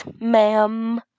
ma'am